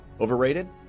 Overrated